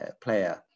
player